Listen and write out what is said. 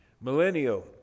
millennial